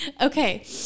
okay